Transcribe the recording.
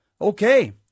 Okay